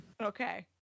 Okay